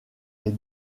est